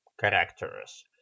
characters